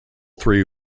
three